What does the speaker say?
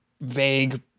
vague